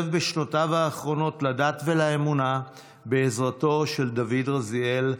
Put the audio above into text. בשנותיו האחרונות לדת ולאמונה בעזרתו של דוד רזיאל,